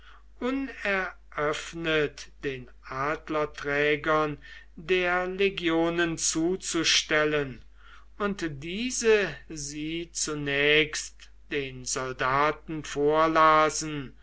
uneröffnet den adlerträgern der legionen zuzustellen und diese sie zunächst den soldaten vorlasen